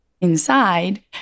inside